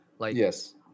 Yes